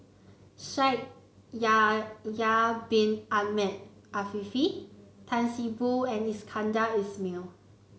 Shaikh Yahya Bin Ahmed Afifi Tan See Boo and Iskandar Ismail